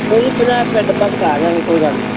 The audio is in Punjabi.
ਉਹੀ ਪੰਜਾਹ ਰੁਪਏ ਡੱਬਾ ਘਟਾ ਦਿਆਂਗੇ ਕੋਈ ਗੱਲ ਨਹੀਂ